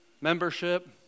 Membership